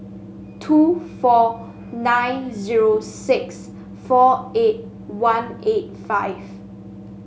two four nine zero six four eight one eight five